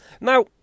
Now